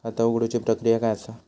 खाता उघडुची प्रक्रिया काय असा?